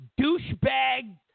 douchebag